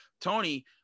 Tony